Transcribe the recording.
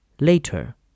Later